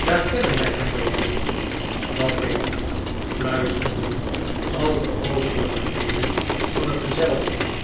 daar kennen wij hem wel voor dat denk ik nuisterden al de overige leden van het gezelschap